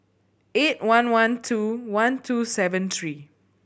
eight one one two one two seven three